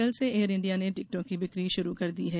कल से air India ने टिकटों की बिक्री शुरू कर दी है